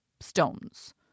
stones